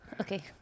Okay